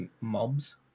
mobs